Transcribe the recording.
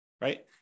right